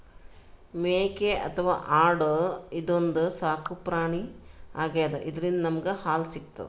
ಮೇಕೆ ಅಥವಾ ಆಡು ಇದೊಂದ್ ಸಾಕುಪ್ರಾಣಿ ಆಗ್ಯಾದ ಇದ್ರಿಂದ್ ನಮ್ಗ್ ಹಾಲ್ ಸಿಗ್ತದ್